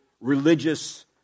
religious